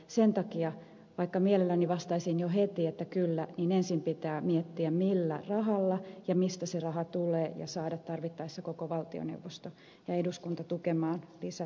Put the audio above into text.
sen takia vaikka mielelläni vastaisin jo heti että kyllä niin ensin pitää miettiä millä rahalla ja mistä se raha tulee ja saada tarvittaessa koko valtioneuvosto ja eduskunta tukemaan lisärahaa